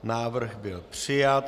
Návrh byl přijat.